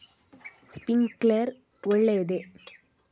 Sprinkler ಒಳ್ಳೇದೇ?